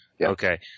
Okay